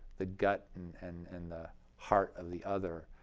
the gut and and and the heart of the other,